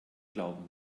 glauben